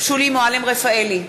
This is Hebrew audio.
שולי מועלם-רפאלי,